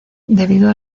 debido